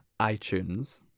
iTunes